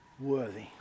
worthy